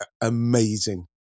amazing